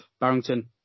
Barrington